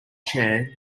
chair